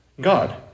God